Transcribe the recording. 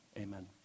amen